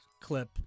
clip